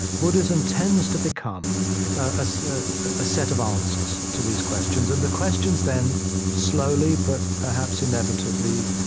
buddhism tends to become a so ah ah set of answers to these questions, and the questions then slowly, but perhaps inevitably,